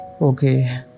Okay